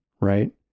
right